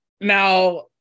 Now